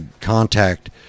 contact